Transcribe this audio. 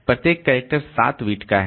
प्रत्येक character 7 bit का है